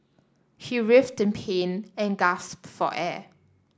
he writhed in pain and gasped for air